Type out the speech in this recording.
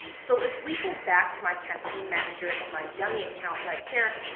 so if we go back to my campaign manager in my dummy account right here,